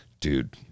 dude